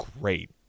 great